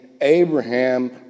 Abraham